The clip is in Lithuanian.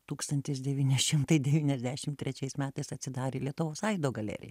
tūkstantis devyni šimtai devyniasdešim trečiais metais atsidarė lietuvos aido galerija